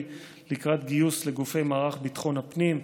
לקראת גיוס לגופי מערך ביטחון הפנים,